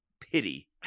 pity